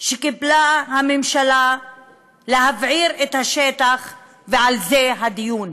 שקיבלה הממשלה להבעיר את השטח, ועל זה הדיון.